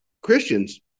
Christians